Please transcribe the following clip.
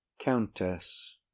countess